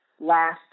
last